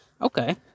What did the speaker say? okay